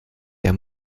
der